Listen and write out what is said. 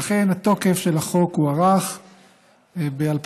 ואכן תוקף החוק הוארך ב-2013,